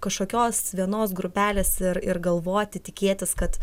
kažkokios vienos grupelės ir ir galvoti tikėtis kad